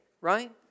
right